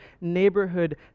neighborhood